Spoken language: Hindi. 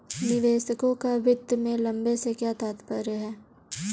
निवेशकों का वित्त में लंबे से क्या तात्पर्य है?